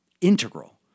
integral